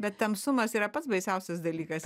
bet tamsumas yra pats baisiausias dalykas